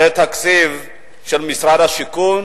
בתקציב של משרד השיכון